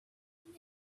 name